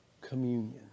Communion